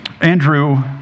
Andrew